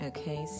Okay